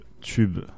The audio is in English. tube